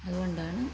അതുകൊണ്ടാണ്